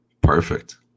Perfect